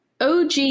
OG